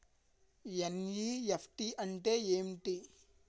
NEFT అంటే ఎంటి?